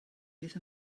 beth